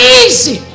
easy